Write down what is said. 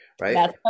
right